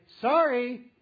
sorry